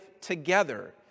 together